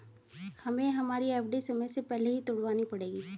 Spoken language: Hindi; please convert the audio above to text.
हमें हमारी एफ.डी समय से पहले ही तुड़वानी पड़ेगी